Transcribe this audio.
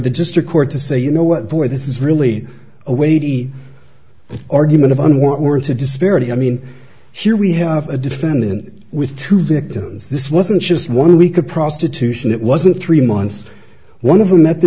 the district court to say you know what boy this is really a weighty argument of unwarranted disparity i mean here we have a defendant with two victims this wasn't just one week of prostitution it wasn't three months one of them met the